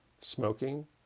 smoking